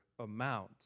amount